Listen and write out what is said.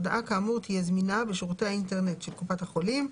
הודעה כאמור תהיה זמינה בשירותי האינטרנט של קופת החולים,